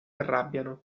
arrabbiano